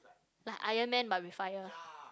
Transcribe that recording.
like iron-man but with fire